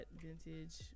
Vintage